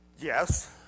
Yes